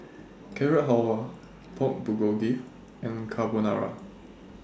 Carrot Halwa Pork Bulgogi and Carbonara